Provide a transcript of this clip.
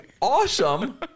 awesome